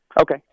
Okay